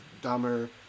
dumber